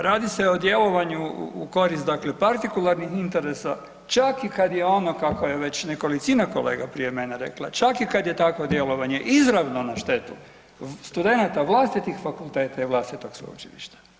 Radi se o djelovanju u korist dakle partikularnih interesa čak i kad je ono kako je već nekolicina kolega prije mene rekla, čak i kad je takvo djelovanje izravno na štetu studenata vlastitih fakulteta i vlastitog sveučilišta.